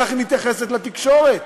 כך היא מתייחסת לתקשורת.